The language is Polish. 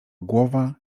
głowa